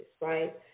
right